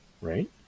right